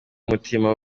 umutima